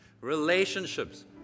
relationships